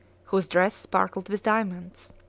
whose dress sparkled with diamonds.